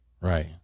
Right